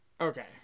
Okay